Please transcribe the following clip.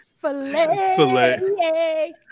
Filet